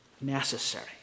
necessary